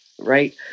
Right